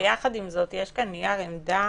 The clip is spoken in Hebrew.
יחד עם זאת, יש כאן נייר עמדה